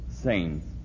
saints